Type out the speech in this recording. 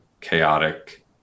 chaotic